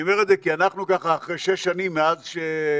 אני אומר את זה כי אנחנו אחרי שש שנים מאז שעבר